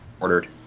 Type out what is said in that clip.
ordered